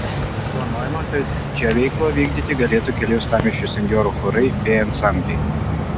planuojama kad čia veiklą vykdyti galėtų keli uostamiesčio senjorų chorai bei ansambliai